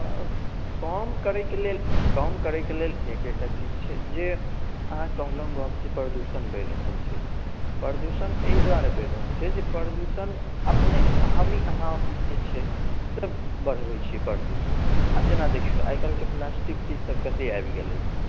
कम करेके लेल कम करेके लेल एकेटा चीज छै जे अहाँ कहलहुँ गप जे प्रदूषण बढ़ि रहल छै तऽ प्रदूषण एहि दुआरे बढ़ि रहल छै जे प्रदूषण अपने हमी अहाँ जे छै से बढ़बैत छियै प्रदूषण आब जेना देखियो आइ काल्हिके प्लास्टिक चीज सब कते आबि गेलै हँ